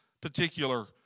particular